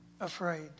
afraid